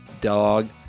dog